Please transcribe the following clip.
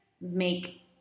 make